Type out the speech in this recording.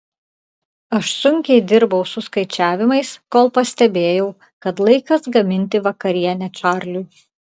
aš sunkiai dirbau su skaičiavimais kol pastebėjau kad laikas gaminti vakarienę čarliui